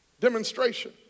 demonstration